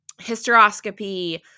hysteroscopy